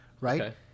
right